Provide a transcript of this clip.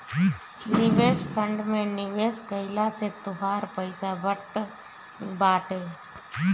निवेश फंड में निवेश कइला से तोहार पईसा बढ़त बाटे